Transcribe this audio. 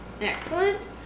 Excellent